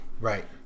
Right